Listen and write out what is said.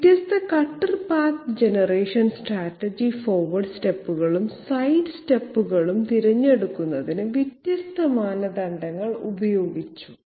വ്യത്യസ്ത cutter path generation strategy forward സ്റ്റെപ്പുകളും side സ്റ്റെപ്പുകളും തിരഞ്ഞെടുക്കുന്നതിന് വ്യത്യസ്ത മാനദണ്ഡങ്ങൾ ഉപയോഗിച്ചു